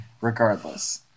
Regardless